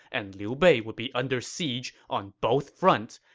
and liu bei will be under siege on both fronts,